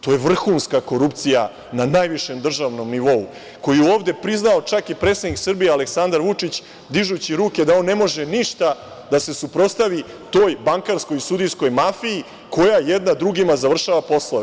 To je vrhunska korupcija na najvišem državnom nivou, koju je ovde čak priznao i predsednik Srbije, Aleksandar Vučić, dižući ruke da on ne može ništa da se suprostavi toj bankarskoj i sudijskoj mafiji, koja jedna drugima završava poslove.